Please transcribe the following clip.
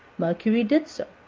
mercury did so,